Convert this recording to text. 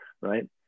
right